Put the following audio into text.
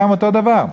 אותו דבר.